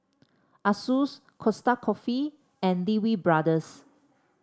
Asus Costa Coffee and Lee Wee Brothers